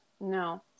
no